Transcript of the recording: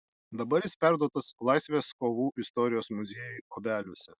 dabar jis perduotas laisvės kovų istorijos muziejui obeliuose